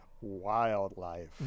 Wildlife